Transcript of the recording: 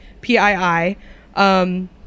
P-I-I